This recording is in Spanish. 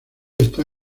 está